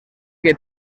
que